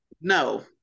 No